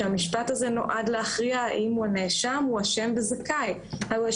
שהמשפט הזה נועד להכריע האם הנאשם אשם או זכאי.